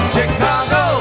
Chicago